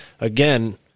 again